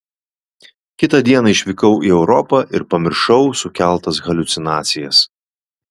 kitą dieną išvykau į europą ir pamiršau sukeltas haliucinacijas